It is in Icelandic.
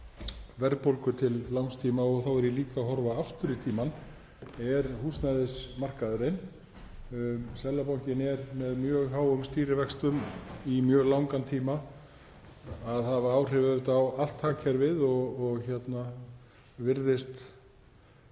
verðbólgu til langs tíma, og þá er ég líka að horfa aftur í tímann, er húsnæðismarkaðurinn. Seðlabankinn er með mjög háum stýrivöxtum í mjög langan tíma að hafa áhrif á allt hagkerfið og virðist